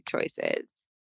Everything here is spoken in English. choices